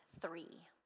three